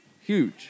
Huge